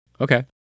Okay